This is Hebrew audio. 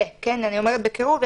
אני אומרת בקירוב.